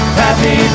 happy